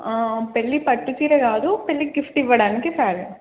పెళ్ళి పట్టుచీర కాదు పెళ్ళి గిఫ్ట్ ఇవ్వడానికి శారీ